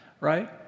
right